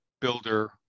builder